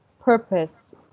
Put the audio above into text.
purpose